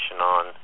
on